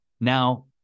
now